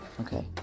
Okay